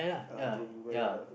uh through blue weather